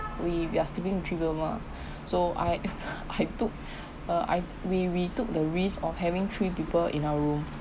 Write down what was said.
we we are sleeping with three girl mah so I I took uh I we we took the risk of having three people in our room